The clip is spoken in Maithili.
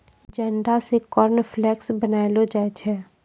जंडा से कॉर्नफ्लेक्स बनैलो जाय छै